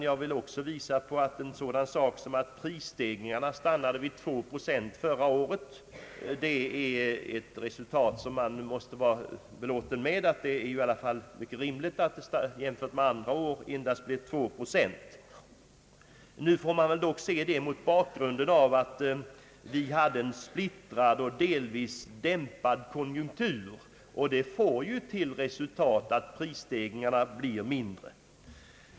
Jag vill också visa på en sådan sak som att prisstegringarna stannade vid två procent förra året, ett resultat som man måste vara belåten med. Man får emellertid se det mot bakgrunden av att vi hade en splittrad och delvis dämpad konjunktur, något som ju leder till att prisstegringarna blir mindre.